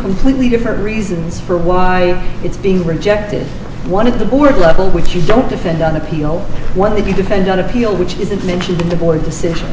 completely different reasons for why it's being rejected one of the board level which you don't defend on appeal one that you depend on appeal which isn't mentioned in the board decision